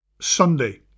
Sunday